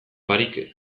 barik